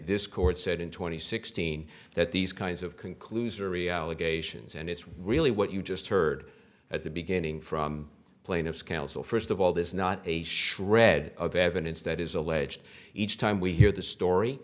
this court said in two thousand and sixteen that these kinds of conclusory allegations and it's really what you just heard at the beginning from plaintiff's counsel first of all there's not a shred of evidence that is alleged each time we hear the story